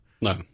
No